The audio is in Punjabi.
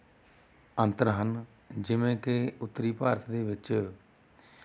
ਅੰਤਰ ਹਨ ਜਿਵੇਂ ਕਿ ਉੱਤਰੀ ਭਾਰਤ ਦੇ ਵਿੱਚ